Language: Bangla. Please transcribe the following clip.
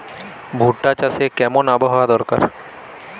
ভুট্টা চাষে কেমন আবহাওয়া দরকার?